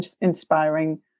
inspiring